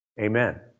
Amen